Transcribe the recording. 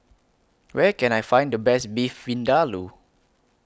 Where Can I Find The Best Beef Vindaloo